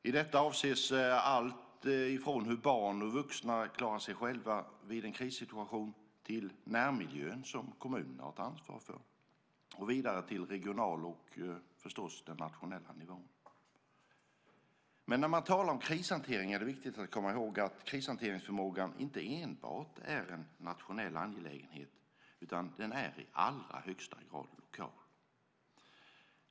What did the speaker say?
I detta avses allt från hur barn och vuxna klarar sig själva vid en krissituation till närmiljön, som kommunerna har ansvar för, och därifrån vidare till den regionala och nationella nivån. När man talar om krishantering är det viktigt att komma ihåg att krishanteringsförmågan inte enbart är en nationell angelägenhet, utan den är i allra högsta grad lokal.